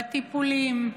בטיפולים,